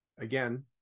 Again